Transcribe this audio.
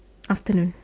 after them